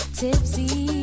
tipsy